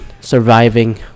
surviving